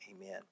Amen